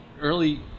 Early